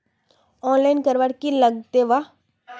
Online करवार की लगते वा?